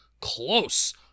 close